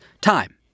Time